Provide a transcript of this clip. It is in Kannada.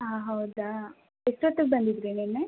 ಹಾಂ ಹೌದಾ ಎಷ್ಟೊತ್ತಿಗೆ ಬಂದಿದ್ರಿ ನೆನ್ನೆ